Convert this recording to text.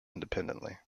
independently